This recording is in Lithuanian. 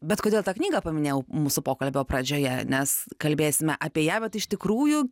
bet kodėl tą knygą paminėjau mūsų pokalbio pradžioje nes kalbėsime apie ją bet iš tikrųjų